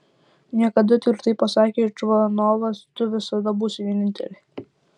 niekada tvirtai pasakė čvanovas tu visada būsi vienintelė